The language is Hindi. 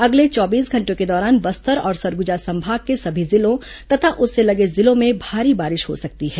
अगले चौबीस घंटों के दौरान बस्तर और सरगुजा संभाग के सभी जिलों तथा उससे लगे जिलों में भारी बारिश हो सकती है